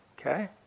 Okay